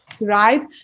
right